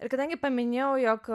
ir kadangi paminėjau jog